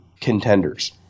contenders